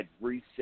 reset